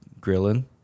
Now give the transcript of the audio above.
grilling